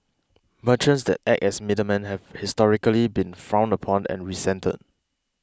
merchants that act as middlemen have historically been frowned upon and resented